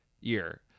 year